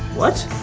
what!